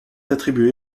attribué